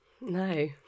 No